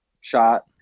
shot